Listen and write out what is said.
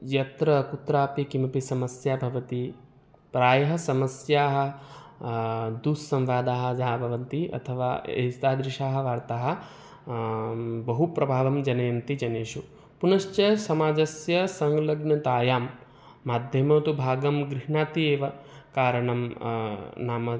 यत्र कुत्रापि किमपि समस्या भवति प्रायः समस्याः दुस्सम्वादाः याः भवन्ति अथवा एतादृशाः वार्ताः बहु प्रभावं जनयन्ति जनेषु पुनश्च समाजस्य संलग्नतायां माध्यमं तु भागं गृह्णाति एव कारणं नाम